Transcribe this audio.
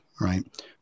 right